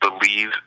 believe